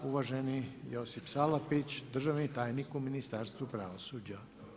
Uvaženi Josip Salapić, državni tajnik u Ministarstvu pravosuđa.